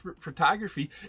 photography